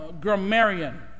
grammarian